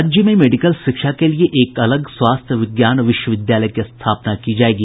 राज्य में मेडिकल शिक्षा के लिए एक अलग स्वास्थ्य विज्ञान विश्वविद्यालय की स्थापना की जाएगी